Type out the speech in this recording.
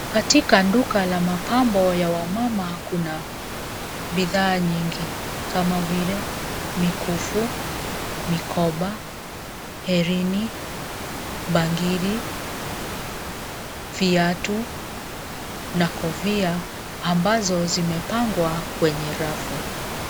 Katika duka la mapambo ya wamama kuna bidhaa nyingi kama vile, mikufu, mikoba, herini, bangili, viatu na kofia ambazo zimepangwa kwenye rafu.